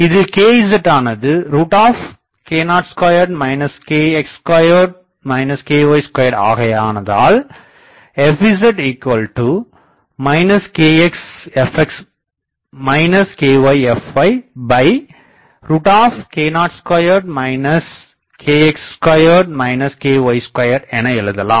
இதில் kzஆனது k02 kx2 ky2ஆகையானதால் fz kxfx kyfyk02 kx2 ky2 என எழுதலாம்